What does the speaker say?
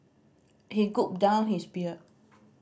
he gulped down his beer